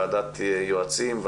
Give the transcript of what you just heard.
ועדת יועצים,